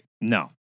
no